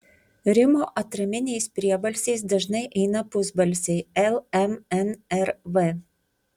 rimo atraminiais priebalsiais dažnai eina pusbalsiai l m n r v